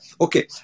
Okay